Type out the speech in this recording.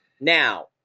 Now